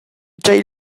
ceih